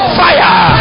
fire